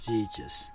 Jesus